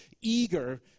eager